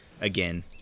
again